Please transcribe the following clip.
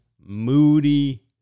moody